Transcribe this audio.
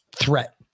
threat